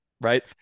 right